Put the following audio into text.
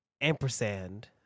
ampersand